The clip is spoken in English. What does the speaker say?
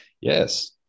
Yes